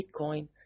Bitcoin